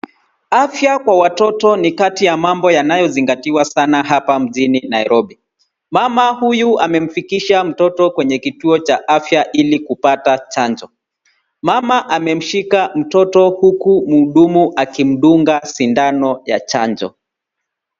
Afya kwa watoto ni kati ya mambo yanayozingatiwa sana hapa mjini Nairobi. Mama huyu amefikisha mtoto kwenye kituo za afya ili kupata chanjo. Mama amemshika mtoto huku mhudumu akimdunga sindano ya chanjo.